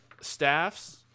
staffs